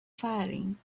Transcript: firing